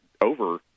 over